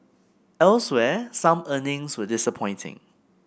elsewhere some earnings were disappointing